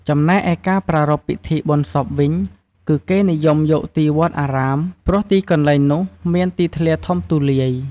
ចំណេកឯការប្រារព្វពិធីបុណ្យសពវិញ គឺគេនិយមយកទីវត្តអារាមព្រោះទីកន្លែងនុះមានទីធ្លាធំទូលាយ។